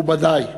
מכובדי,